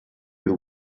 will